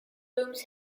rooms